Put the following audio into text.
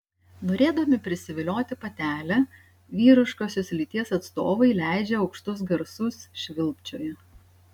norėdami prisivilioti patelę vyriškosios lyties atstovai leidžia aukštus garsus švilpčioja